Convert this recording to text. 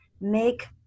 make